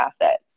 asset